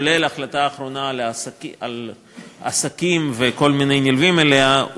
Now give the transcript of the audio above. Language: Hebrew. כולל ההחלטה האחרונה על עסקים וכל מיני נלווים אליה,